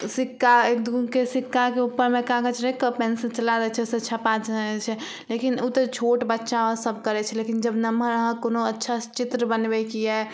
सिक्का एक दूके सिक्काके उपरमे कागज रखिकऽ पेन्सिल चला दै छै ओइसँ छपा जाइ हइ छै लेकिन उ तऽ छोट बच्चा सब करय छै लेकिन जब नमहर अहाँ कोनो अच्छासँ चित्र बनबयके यऽ